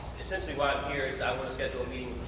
essentially, why i'm here is i wanna schedule a